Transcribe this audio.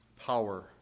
Power